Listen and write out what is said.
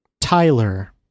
Tyler